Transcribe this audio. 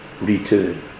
return